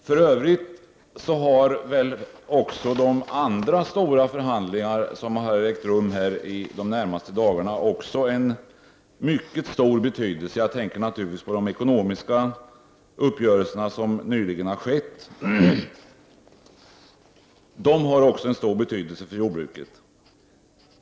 För övrigt har väl också de andra stora förhandlingar som ägt rum dessa dagar mycket stor betydelse — jag tänker naturligtvis då på de ekonomiska uppgörelser som nyligen träffats. De har också stor betydelse för jordbruket.